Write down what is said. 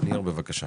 ניר, בבקשה.